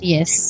Yes